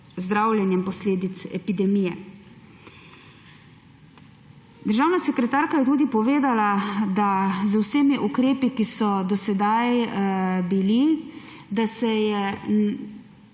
zdravljenjem posledic epidemije. Državna sekretarka je tudi povedala, da z vsemi ukrepi, ki so do sedaj bili, se je